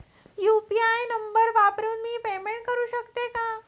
UPI number वापरून मी payment करू शकते का?